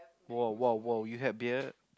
!woah! !woah! !woah! you had beer